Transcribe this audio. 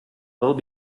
well